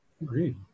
Agreed